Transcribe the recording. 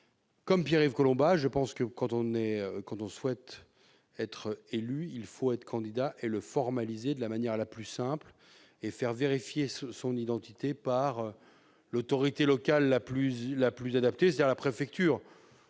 Comme Pierre-Yves Collombat, je pense que, lorsqu'on souhaite être élu, il faut se porter candidat et le formaliser, de la manière la plus simple, en faisant vérifier son identité par l'autorité locale la plus adaptée, c'est-à-dire la préfecture.